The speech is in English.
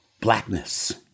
blackness